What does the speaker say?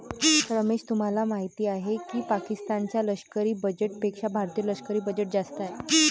रमेश तुम्हाला माहिती आहे की पाकिस्तान च्या लष्करी बजेटपेक्षा भारतीय लष्करी बजेट जास्त आहे